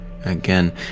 again